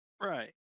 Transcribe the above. Right